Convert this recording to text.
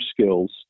skills